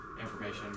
information